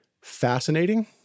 fascinating